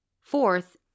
Fourth